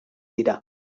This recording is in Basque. dira